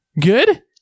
Good